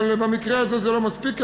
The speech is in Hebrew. אבל במקרה הזה זה לא מספיק,